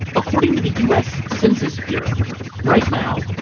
according to the u s. census bureau right now,